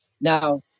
Now